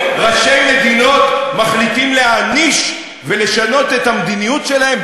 ראשי מדינות מחליטים להעניש ולשנות את המדיניות שלהם?